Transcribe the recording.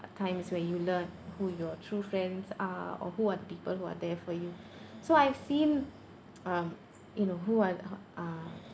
times where you learn who your true friends are or who are the people who are there for you so I've seen um you know who are the uh